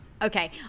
Okay